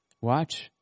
Watch